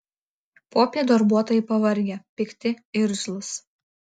popiet darbuotojai pavargę pikti irzlūs